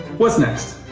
what's next?